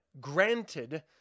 granted